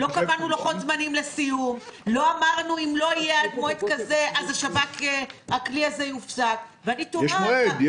לא קבענו לוחות זמנים לסיום הכלי של השב"כ --- אבל כן יש מועד.